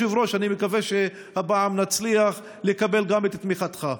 היושב-ראש: אני מקווה שהפעם נצליח לקבל גם את תמיכתך.